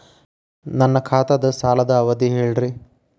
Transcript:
ನನ್ನ ಖಾತಾದ್ದ ಸಾಲದ್ ಅವಧಿ ಹೇಳ್ರಿ